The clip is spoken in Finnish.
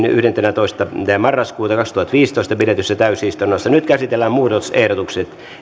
yhdettätoista kaksituhattaviisitoista pidetyssä täysistunnossa nyt käsitellään muutosehdotukset